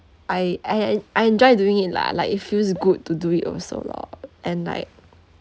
I I I I enjoy doing it lah like it feels good to do it also lor and like